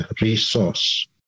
resource